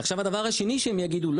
הדבר השני שהם יגידו,